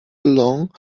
along